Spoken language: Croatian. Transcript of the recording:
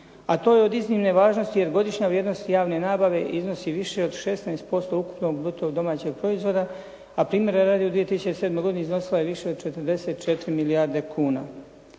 a to je od iznimne važnosti jer godišnja vrijednost javne nabave iznosi više od 16% ukupnog bruto domaćeg proizvoda, a primjera radi u 2007. godini iznosila je više od 44 milijarde kuna.